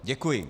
Děkuji.